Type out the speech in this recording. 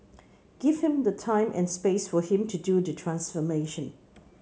give him the time and space for him to do the transformation